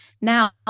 Now